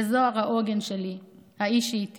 וזהר הוא העוגן שלי, האיש שאיתי